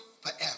forever